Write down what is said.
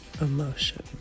emotion